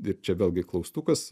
ir čia vėlgi klaustukas